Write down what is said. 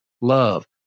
love